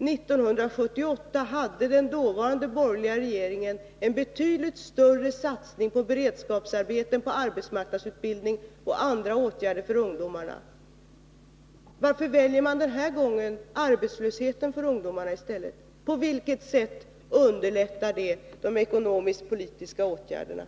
År 1978 gjorde den dåvarande borgerliga regeringen en betydligt större satsning på beredskapsarbeten, arbetsmarknadsutbildning och andra åtgärder för ungdomarna. Varför väljer man den här gången arbetslösheten för ungdomarna i stället? På vilket sätt underlättar det de ekonomisk-politiska åtgärderna?